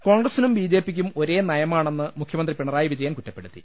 കോൺഗ്രസിനും B J പിക്കും ഒരേ നയമാണെന്ന് മുഖ്യമന്ത്രി പിണറായി വിജയൻ കുറ്റപ്പെടുത്തി